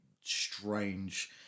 strange